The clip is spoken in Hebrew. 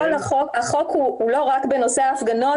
החוק הוא לא רק בנושא הפגנות.